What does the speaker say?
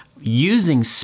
using